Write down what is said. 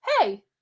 hey